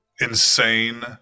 insane